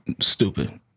stupid